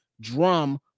drum